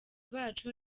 bacu